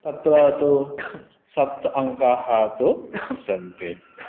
तत्र तु सप्त अङ्काः तु सन्ति